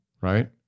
Right